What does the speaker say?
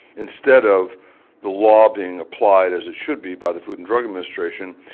instead of the lobbying applied as it should be by the food and drug administration,